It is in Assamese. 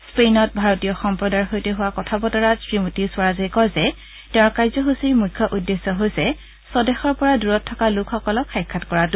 স্পেইনত ভাৰতীয় সম্প্ৰদায়ৰ সৈতে হোৱা কথা বতৰাত শ্ৰীমতী স্বৰাজে কয় যে তেওঁৰ কাৰ্যসূচীৰ মুখ্য উদ্দেশ্য হৈছে স্বদেশৰ পৰা দূৰত থকা লোকসকলক সাক্ষাৎ কৰাটো